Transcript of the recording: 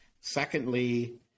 secondly